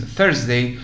Thursday